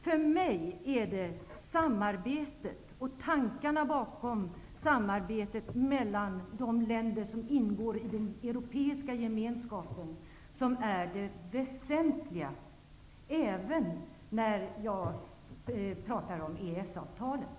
För mig är det tankarna bakom samarbetet mellan de länder som ingår i den europeiska gemenskapen som är det väsentliga -- även när jag talar om EES avtalet.